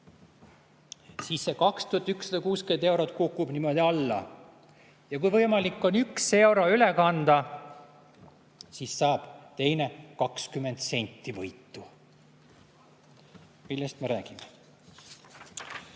siis see 2160 eurot kukub niimoodi alla. Ja kui on võimalik üks euro üle kanda, siis saab teine 20 senti võitu. Millest me räägime?!Ja